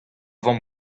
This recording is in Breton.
vamm